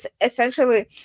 essentially